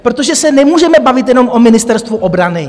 Protože se nemůžeme bavit jenom o Ministerstvu obrany.